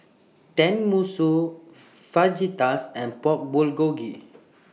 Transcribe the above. Tenmusu Fajitas and Pork Bulgogi